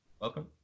Welcome